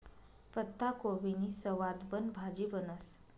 पत्ताकोबीनी सवादबन भाजी बनस